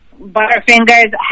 Butterfingers